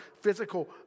physical